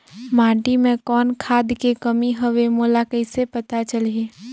माटी मे कौन खाद के कमी हवे मोला कइसे पता चलही?